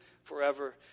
forever